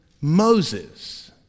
Moses